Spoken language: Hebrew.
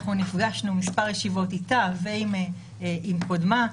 אנחנו נפגשנו מספר ישיבות איתה ומה עם קודמה.